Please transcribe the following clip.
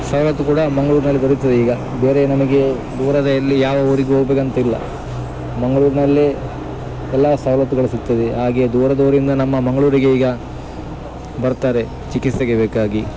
ಸವಲತ್ತು ಕೂಡ ಮಂಗ್ಳೂರ್ನಲ್ಲಿ ಬರುತ್ತದೆ ಈಗ ಬೇರೆ ನಮಗೆ ದೂರದ ಎಲ್ಲಿ ಯಾವ ಊರಿಗೆ ಹೋಗ್ಬೇಕಂತ ಇಲ್ಲ ಮಂಗಳೂರ್ನಲ್ಲೇ ಎಲ್ಲ ಸವಲತ್ತುಗಳು ಸಿಗ್ತದೆ ಹಾಗೇ ದೂರದ ಊರಿಂದ ನಮ್ಮ ಮಂಗಳೂರಿಗೆ ಈಗ ಬರ್ತಾರೆ ಚಿಕಿತ್ಸೆಗೆ ಬೇಕಾಗಿ